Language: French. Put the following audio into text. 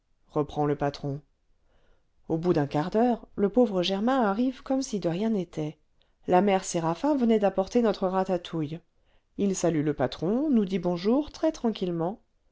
reprend le patron au bout d'un quart d'heure le pauvre germain arrive comme si de rien n'était la mère séraphin venait d'apporter notre ratatouille il salue le patron nous dit bonjour